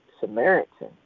Samaritan